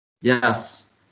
Yes